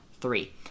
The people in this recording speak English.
three